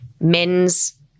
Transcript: men's